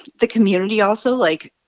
the community also like,